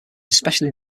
especially